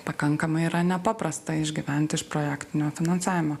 pakankamai yra nepaprasta išgyventi iš projektinio finansavimo